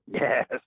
Yes